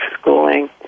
schooling